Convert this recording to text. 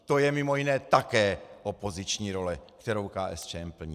To je mimo jiné také opoziční role, kterou KSČM plní.